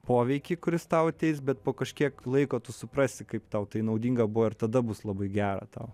poveikį kuris tau ateis bet po kažkiek laiko tu suprasi kaip tau tai naudinga buvo ir tada bus labai gera tau